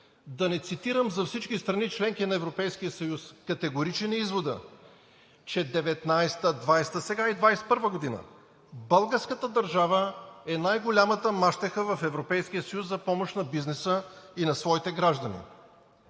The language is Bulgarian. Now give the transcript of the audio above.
Да не цитирам за всички страни – членки на Европейския съюз – категоричен е изводът, че в 2019 г., 2020 г., и сега – през 2021 г., българската държава е най-голямата мащеха в Европейския съюз за помощ на бизнеса и на своите граждани.